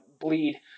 bleed